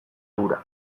hura